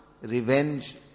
revenge